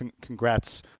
Congrats